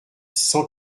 cent